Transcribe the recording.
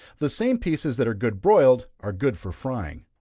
the same pieces that are good broiled are good for frying.